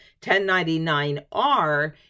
1099R